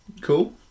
Cool